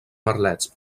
merlets